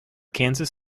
kansas